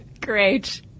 great